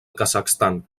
kazakhstan